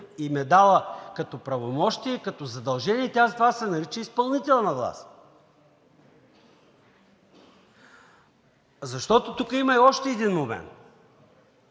им е дала като правомощия и като задължения. Тя затова и се нарича изпълнителна власт. Защото тук има и още един момент.